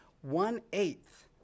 one-eighth